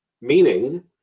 Meaning